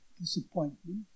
disappointment